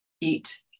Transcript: eat